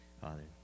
Father